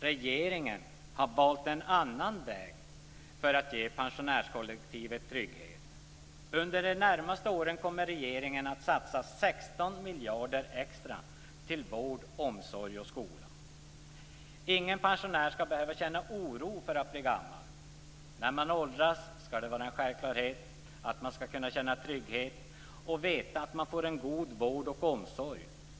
Regeringen har valt en annan väg för att ge pensionärskollektivet trygghet. Under de närmaste åren kommer regeringen att satsa 16 miljarder extra på vård, omsorg och skola. Ingen pensionär skall behöva känna oro för att bli gammal. När man åldras skall det vara en självklarhet att man skall kunna känna trygghet och veta att man får god vård och omsorg.